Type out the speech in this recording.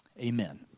Amen